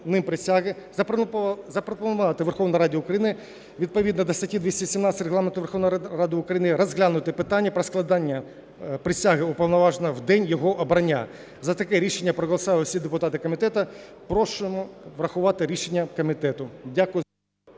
ним присяги, запропонувати Верховній Раді України відповідно до статті 217 Регламенту Верховної Ради України розглянути питання про складання присяги уповноваженого в день його обрання. За таке рішення проголосували всі депутати комітету. Прошу врахувати рішення комітету. Дякую.